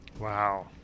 Wow